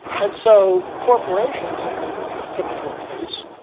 and so corporations, in the typical case,